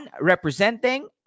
representing